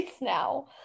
now